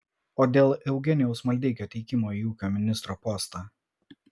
o dėl eugenijaus maldeikio teikimo į ūkio ministro postą